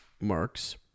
marks